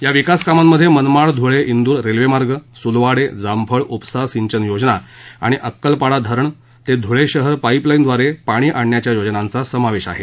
या विकास कामांमध्ये मनमाड धुळे व्रिर रेल्वेमार्ग सुलवाडे जामफळ उपसा सिंचन योजना आणि अक्कलपाडा धरण ते धुळे शहर पाईपलाईनव्दारे पाणी आणण्याच्या योजनांचा समावेश आहे